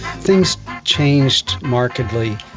things changed markedly,